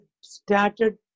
started